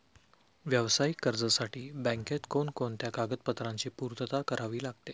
व्यावसायिक कर्जासाठी बँकेत कोणकोणत्या कागदपत्रांची पूर्तता करावी लागते?